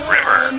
River